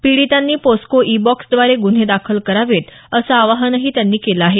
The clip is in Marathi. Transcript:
पीडितांनी पोस्को ई बॉक्सद्वारे गुन्हे दाखल करावेत असं आवाहनही त्यांनी केलं आहे